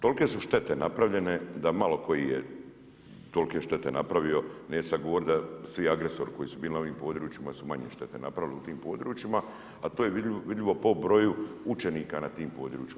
Tolike su štete napravljene da malo koji je tolike štete napravio, neću sad govoriti da svi agresori koji su bili na ovim područjima koji su manje štete napravili na tim područjima, a to je vidljivo po broju učenika na tim područjima.